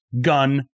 gun